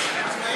תודה רבה.